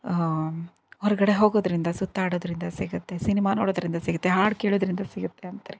ಹೊರಗಡೆ ಹೋಗೋದ್ರಿಂದ ಸುತ್ತಾಡೋದ್ರಿಂದ ಸಿಗುತ್ತೆ ಸಿನಿಮಾ ನೋಡೋದ್ರಿಂದ ಸಿಗುತ್ತೆ ಹಾಡು ಕೇಳೋದ್ರಿಂದ ಸಿಗುತ್ತೆ ಅಂತಾರೆ